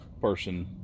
person